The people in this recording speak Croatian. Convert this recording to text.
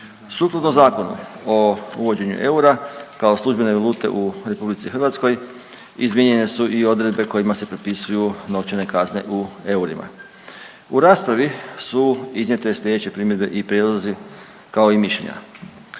Sukladno Zakonu o uvođenju eura kao službene valute u RH izmijenjene su i odredbe kojima se propisuju novčane kazne u eurima. U raspravi su iznijete slijedeće primjedbe i prijedlozi, kao i mišljenja.